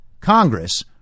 Congress